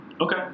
okay